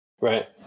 right